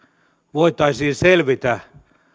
voitaisiin selvitä